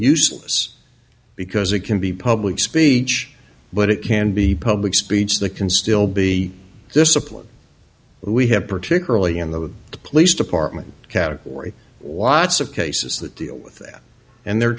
useless because it can be public speech but it can be public speech that can still be disciplined we have particularly in the police department category lots of cases that deal with and they're